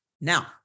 Now